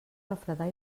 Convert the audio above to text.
refredar